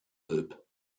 loop